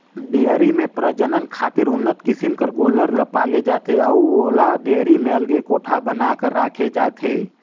dairy में प्रजनन खातिर उन्नत किसम कर गोल्लर ल पाले जाथे अउ ओला डेयरी में अलगे कोठा बना कर राखे जाथे